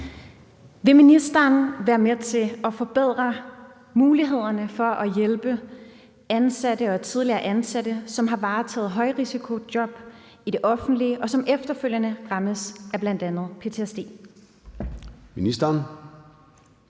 Vil ministeren være med til at forbedre mulighederne for at hjælpe ansatte og tidligere ansatte, som har varetaget et højrisikojob i staten, og som efterfølgende rammes af bl.a. ptsd?